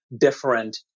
different